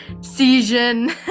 Season